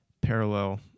parallel